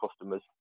customers